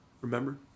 remember